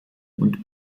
und